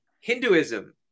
Hinduism